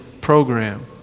program